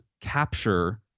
capture